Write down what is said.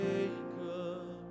Jacob